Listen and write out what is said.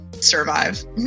survive